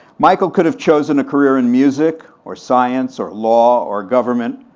michael could have chosen a career in music, or science or law or government,